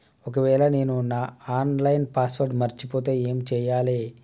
ఒకవేళ నేను నా ఆన్ లైన్ పాస్వర్డ్ మర్చిపోతే ఏం చేయాలే?